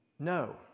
No